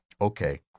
okay